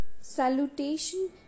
Salutation